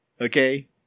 Okay